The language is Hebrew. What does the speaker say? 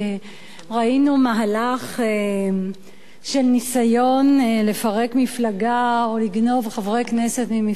ראינו מהלך של ניסיון לפרק מפלגה או לגנוב חברי כנסת ממפלגה.